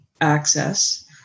access